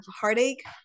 heartache